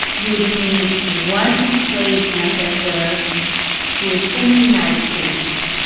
you would need one enslaved ancestor who is in the united states,